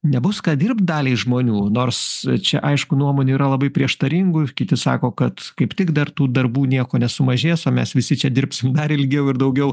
nebus ką dirbt daliai žmonių nors čia aišku nuomonių yra labai prieštaringų ir kiti sako kad kaip tik dar tų darbų nieko nesumažės o mes visi čia dirbsim dar ilgiau ir daugiau